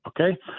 okay